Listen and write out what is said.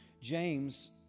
James